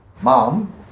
Mom